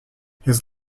his